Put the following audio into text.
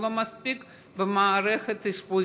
זה לא מספיק במערכת האשפוזים.